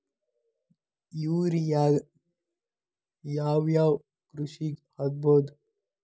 ಯೂರಿಯಾನ ಯಾವ್ ಯಾವ್ ಕೃಷಿಗ ಹಾಕ್ಬೋದ?